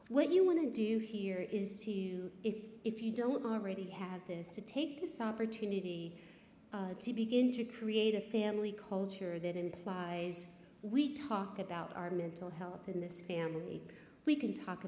what you want to do here is to if if you don't already have this to take this opportunity to begin to create a family culture that implies we talk about our mental health in this family we can talk